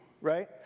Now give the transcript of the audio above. right